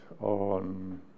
on